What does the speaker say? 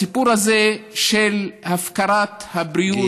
הסיפור הזה של הפקרת הבריאות.